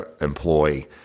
employee